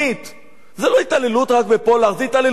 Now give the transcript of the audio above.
זו לא התעללות רק בפולארד, זו התעללות בכולנו.